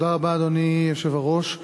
תודה רבה, אדוני היושב-ראש.